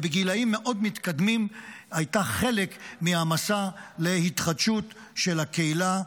ובגילאים מאוד מתקדמים הייתה חלק מהמסע להתחדשות של הקהילה.